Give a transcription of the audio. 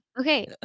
okay